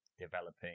developing